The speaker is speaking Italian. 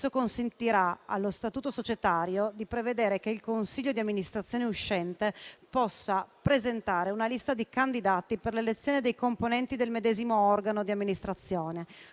consentirà allo statuto societario di prevedere che il consiglio di amministrazione uscente possa presentare una lista di candidati per l'elezione dei componenti del medesimo organo di amministrazione,